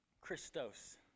Christos